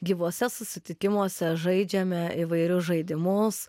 gyvuose susitikimuose žaidžiame įvairius žaidimus